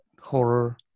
horror